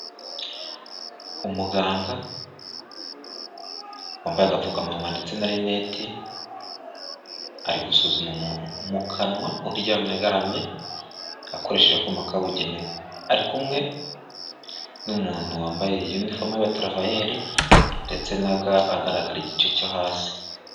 Umuganga wambaye agapfukamunwa ndetse na rinete, ari gusuzuma umuntu mu kanwa uryamye agaramye, akoresheje aküma kabugenewe, ari kumwe n'umuntu wambaye uniform yaba travael ndetse na ga, agaragara igice cyo hasi.